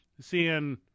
seeing